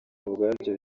ubwabyo